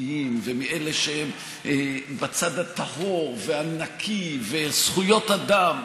חוקתיים ומאלה שבצד הטהור והנקי, וזכויות אדם.